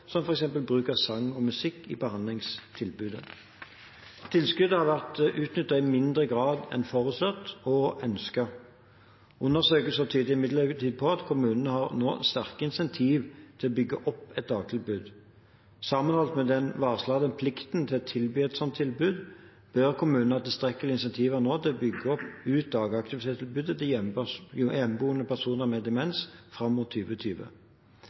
som f.eks. bruk av sang og musikk i behandlingstilbudet. Tilskuddet har vært utnyttet i mindre grad enn forutsatt og ønsket. Undersøkelser tyder imidlertid på at kommunene nå har sterke incentiver til å bygge opp et dagtilbud. Sammenholdt med den varslede plikten til å tilby et slikt tilbud bør kommunene ha tilstrekkelige incentiver til å bygge ut dagaktivitetstilbudet til hjemmeboende personer med demens fram mot